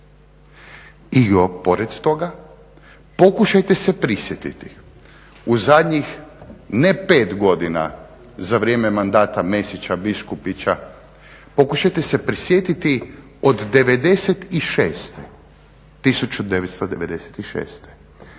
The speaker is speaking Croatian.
I pored toga, pokušajte se prisjetiti u zadnjih ne pet godina za vrijeme mandata Mesića, Biškupišća, pokušajte se prisjetiti od 1996.koliko